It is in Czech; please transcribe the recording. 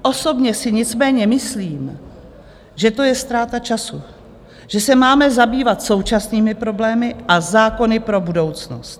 Osobně si nicméně myslím, že to je ztráta času, že se máme zabývat současnými problémy a zákony pro budoucnost.